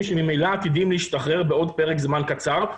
שממילא עתידים להשתחרר בעוד פרק זמן קצר,